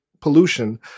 pollution